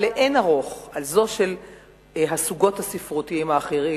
לאין-ערוך על זו של הסוגות הספרותיות האחרות,